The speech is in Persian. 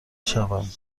شوند